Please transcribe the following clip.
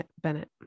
Bennett